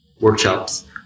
workshops